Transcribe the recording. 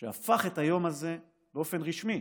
שהפך את היום הזה באופן רשמי